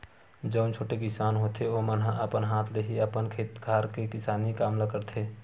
जउन छोटे किसान होथे ओमन ह अपन हाथ ले ही अपन खेत खार के किसानी काम ल करथे